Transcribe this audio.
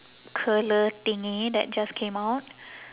curler thingy that just came out